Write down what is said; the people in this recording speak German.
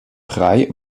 rey